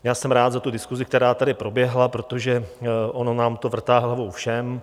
Já jsem rád za tu diskusi, která tady proběhla, protože ono nám to vrtá hlavou všem.